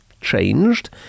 changed